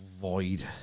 void